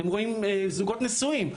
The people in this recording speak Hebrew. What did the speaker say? אתם רואים זוגות נשואים,